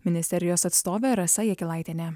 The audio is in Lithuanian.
ministerijos atstovė rasa jakilaitienė